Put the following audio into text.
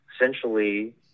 essentially